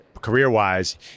career-wise